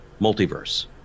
multiverse